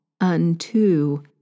unto